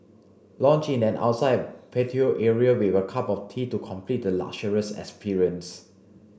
lounge in an outside patio area with a cup of tea to complete the luxurious experience